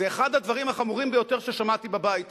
זה אחד הדברים החמורים ביותר ששמעתי בבית הזה,